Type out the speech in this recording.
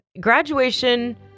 Graduation